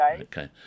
Okay